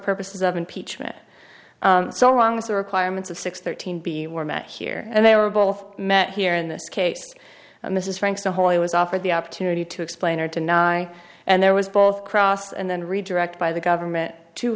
purposes of impeachment so long as the requirements of six thirteen b were met here and they were both met here in this case and this is franks the whole he was offered the opportunity to explain or deny and there was both cross and then redirect by the government to